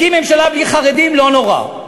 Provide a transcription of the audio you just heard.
הקים ממשלה בלי חרדים, לא נורא.